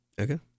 Okay